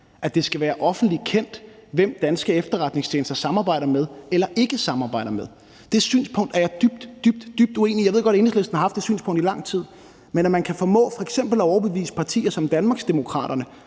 At det skal være offentligt kendt, hvem danske efterretningstjenester samarbejder med eller ikke samarbejder med, er et synspunkt, jeg er dybt, dybt uenig i. Jeg ved godt, at Enhedslisten har haft det synspunkt i lang tid. Men når man kan formå f.eks. at overbevise partier som Danmarksdemokraterne